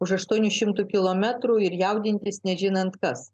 už aštuonių šimtų kilometrų ir jaudintis nežinant kas